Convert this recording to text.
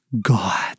God